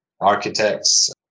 architects